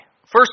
First